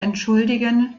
entschuldigen